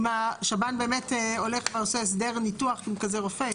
אם השב"ן באמת הולך ועושה הסדר ניתוח עם כזה רופא?